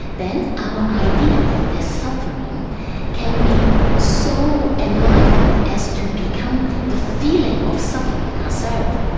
then our idea of their suffering can be so enlivened as to become the feeling of suffering ourself.